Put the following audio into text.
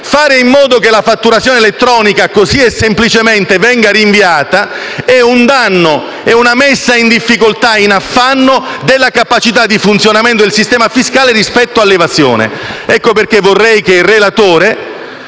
Far sì che la fatturazione elettronica venga semplicemente rinviata è un danno e significa mettere in difficoltà e in affanno la capacità di funzionamento del sistema fiscale rispetto all'evasione. Ecco perché vorrei che il relatore